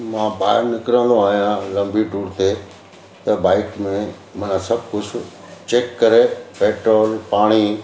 मां ॿाहिरि निकिरंदो आहियां लंबी टूर ते त बाइक में माना सभु कुझु चेक करे पेट्रोल पाणी